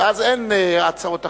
ואז אין הצעות אחרות.